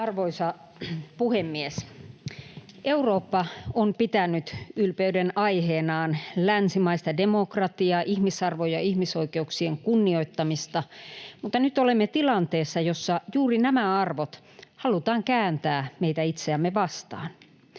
Arvoisa puhemies! Eurooppa on pitänyt ylpeydenaiheenaan länsimaista demokratiaa sekä ihmisarvon ja ihmisoikeuksien kunnioittamista, mutta nyt olemme tilanteessa, jossa juuri nämä arvot halutaan kääntää meitä itseämme vastaan.